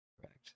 Correct